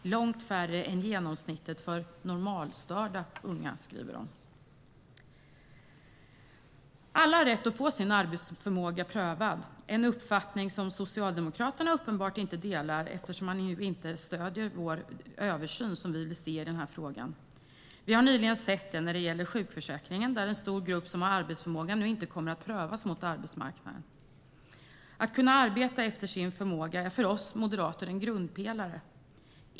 långt färre än genomsnittet för normalstörda unga. ", skriver de. Alla har rätt att få sin arbetsförmåga prövad. Det är en uppfattning som Socialdemokraterna uppenbarligen inte delar, eftersom man inte stöder den översyn som vi vill se i den här frågan. Vi har nyligen sett det när det gäller sjukförsäkringen, där en stor grupp som har arbetsförmåga nu inte kommer att prövas mot arbetsmarknaden. Att kunna arbeta efter sin förmåga är för oss moderater en grundpelare.